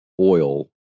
oil